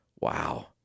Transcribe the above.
Wow